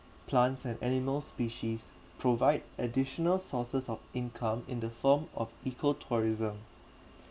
plants and animals species provide additional sources of income in the form of eco tourism